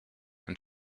and